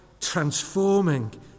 transforming